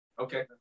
Okay